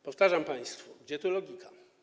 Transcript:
Powtarzam państwu: Gdzie tu logika?